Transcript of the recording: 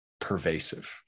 pervasive